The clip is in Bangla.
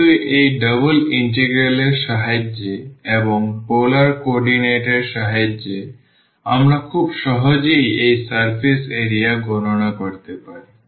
কিন্তু এই ডাবল ইন্টিগ্রাল এর সাহায্যে এবং পোলার কোঅর্ডিনেট এর সাহায্যে আমরা খুব সহজেই এই সারফেস এরিয়া গণনা করতে পারি